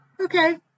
okay